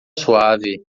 suave